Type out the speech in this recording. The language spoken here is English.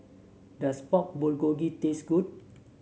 does Pork Bulgogi taste good